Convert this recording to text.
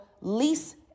lease